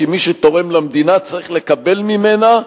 כי מי שתורם למדינה צריך לקבל ממנה,